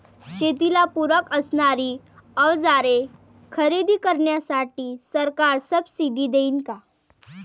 शेतीला पूरक असणारी अवजारे खरेदी करण्यासाठी सरकार सब्सिडी देईन का?